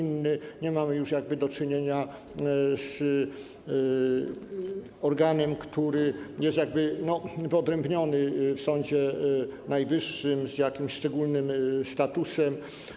Nie mamy już do czynienia z organem, który jest jakby wyodrębniony w Sądzie Najwyższym i ma jakiś szczególny status.